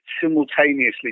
simultaneously